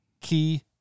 Key